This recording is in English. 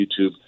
YouTube